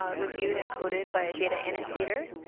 ah reviewed and coded by data indicator.